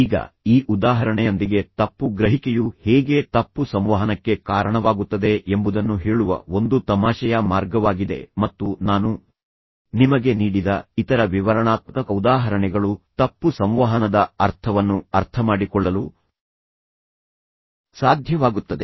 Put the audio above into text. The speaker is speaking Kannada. ಈಗ ಈ ಉದಾಹರಣೆಯೊಂದಿಗೆ ತಪ್ಪು ಗ್ರಹಿಕೆಯು ಹೇಗೆ ತಪ್ಪು ಸಂವಹನಕ್ಕೆ ಕಾರಣವಾಗುತ್ತದೆ ಎಂಬುದನ್ನು ಹೇಳುವ ಒಂದು ತಮಾಷೆಯ ಮಾರ್ಗವಾಗಿದೆ ಮತ್ತು ನಾನು ನಿಮಗೆ ನೀಡಿದ ಇತರ ವಿವರಣಾತ್ಮಕ ಉದಾಹರಣೆಗಳು ತಪ್ಪು ಸಂವಹನದ ಅರ್ಥವನ್ನು ಅರ್ಥಮಾಡಿಕೊಳ್ಳಲು ಸಾಧ್ಯವಾಗುತ್ತದೆ